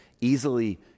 easily